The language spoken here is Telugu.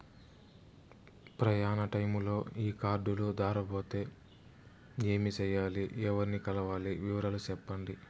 ప్రయాణ టైములో ఈ కార్డులు దారబోతే ఏమి సెయ్యాలి? ఎవర్ని కలవాలి? వివరాలు సెప్పండి?